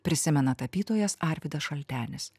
prisimena tapytojas arvydas šaltenis